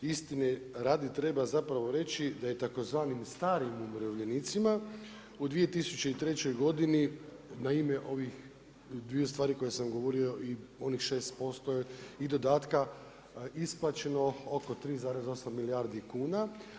Istine radi, treba zapravo reći da je tzv. starim umirovljenicima u 2003. godini na ime ovih dviju stvari koje sam govorio i onih 6% je i dodatka isplaćeno oko 3,8 milijardi kuna.